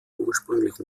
ursprünglichen